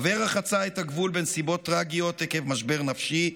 אברה חצה את הגבול בנסיבות טרגיות עקב משבר נפשי,